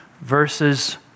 verses